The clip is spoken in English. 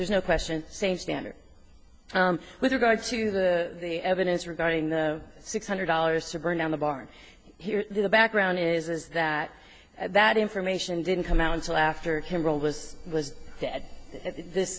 there's no question same standard with regard to the the evidence regarding the six hundred dollars to burn down the barn here in the background is that that information didn't come out until after him gold was was at th